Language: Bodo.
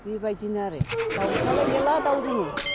बेबायदिनो आरो दाउफ्रालाय मेल्ला दाउ दङ